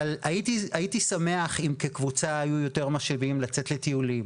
אבל הייתי שמח אם כקבוצה היו לנו יותר משאבים למשל כדי לצאת לטיולים,